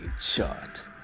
shot